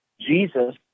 Jesus